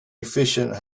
efficient